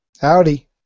Howdy